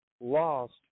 Lost